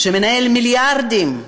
שמנהל מיליארדים,